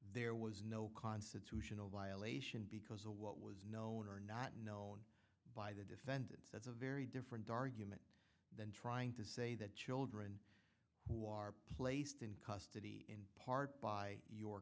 there was no constitutional violation because of what was known or not known by the defendants that's a very different argument than trying to say that children who are placed in custody in part by your